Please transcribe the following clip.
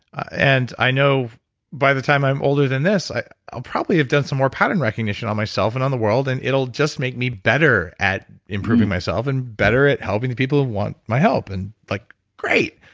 and i know by the time i'm older than this, i'll probably have done some more pattern recognition on myself and on the world, and it'll just make me better at improving myself and better at helping the people who want my help, and like great.